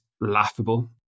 laughable